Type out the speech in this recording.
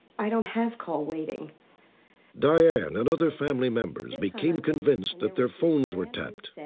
i don't have call waiting diane and other family members became convinced that their phones were tapped.